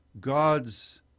God's